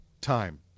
Time